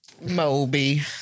Moby